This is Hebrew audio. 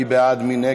מי בעד?